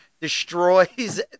destroys